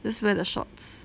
just wear the shorts